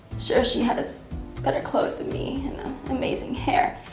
sure she has better clothes than me and um amazing hair,